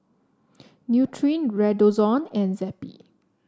Nutren Redoxon and Zappy